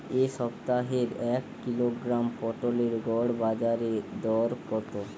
এ সপ্তাহের এক কিলোগ্রাম পটলের গড় বাজারে দর কত?